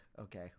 Okay